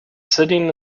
sitting